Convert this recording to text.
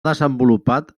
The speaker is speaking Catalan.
desenvolupat